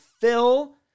fill